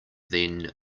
then